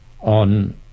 on